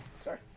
Sorry